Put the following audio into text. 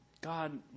God